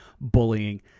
bullying